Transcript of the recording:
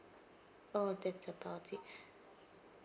oh that's about it